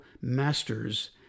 masters